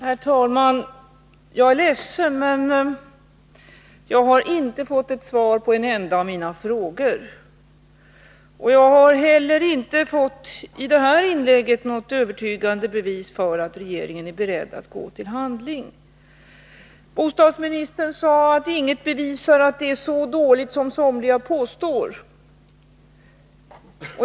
Herr talman! Jag är ledsen, men jag har inte fått svar på en enda av mina frågor. Jag har heller inte i bostadsministerns senaste inlägg funnit något övertygande bevis för att regeringen är beredd att gå till handling. Bostadsministern sade att ingenting bevisar att det är så dåligt som somliga påstår.